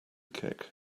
kick